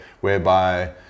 whereby